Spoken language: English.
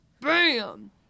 Bam